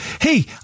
hey